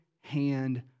hand